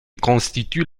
constituent